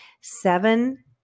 seven